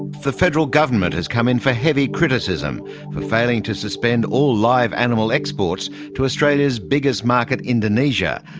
the federal government has come in for heavy criticism for failing to suspend all live animal exports to australia's biggest market, indonesia,